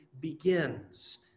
begins